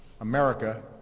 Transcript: America